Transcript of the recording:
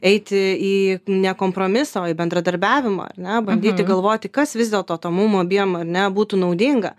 eiti į ne kompromisą o į bendradarbiavimą ar ne bandyti galvoti kas vis dėlto to mum abiem ar ne būtų naudinga